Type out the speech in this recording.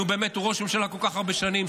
נו, באמת, הוא ראש הממשלה כל כך הרבה שנים.